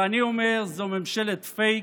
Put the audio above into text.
ואני אומר: זו ממשלת פייק,